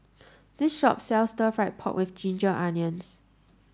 this shop sells stir fried pork with ginger onions